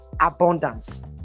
abundance